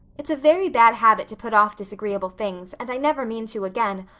it's a very bad habit to put off disagreeable things, and i never mean to again,